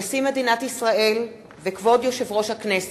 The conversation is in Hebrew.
נשיא מדינת ישראל וכבוד יושב-ראש הכנסת!